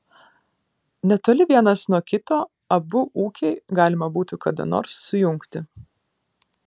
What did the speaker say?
netoli vienas nuo kito abu ūkiai galima būtų kada nors sujungti